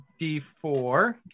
d4